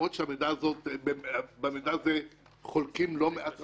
למרות שבמידע הזה חולקים לא מעט אנשים,